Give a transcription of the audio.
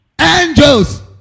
Angels